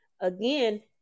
Again